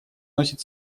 носит